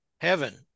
heaven